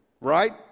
Right